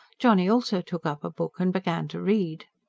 johnny also took up a book, and began to read.